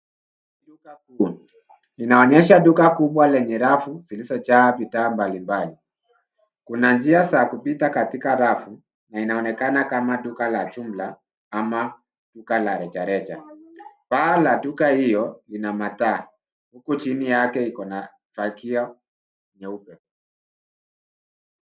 Duka kubwa; linaonyesha duka kubwa lenye rafu zilizojaa bidhaa mbalimbali. Kuna njia za kupita katika rafu. Na inaonekana kama duka la jumla ama duka la rejareja. Paa la duka hiyo ina mataa huku chini iko na fagio nyeupe.